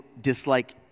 dislike